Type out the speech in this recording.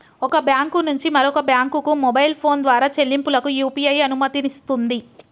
ఒక బ్యాంకు నుంచి మరొక బ్యాంకుకు మొబైల్ ఫోన్ ద్వారా చెల్లింపులకు యూ.పీ.ఐ అనుమతినిస్తుంది